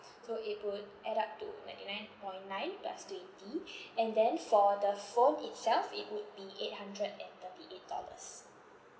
so it would add up to ninety nine point nine plus twenty and then for the phone itself it would be eight hundred and thirty eight dollars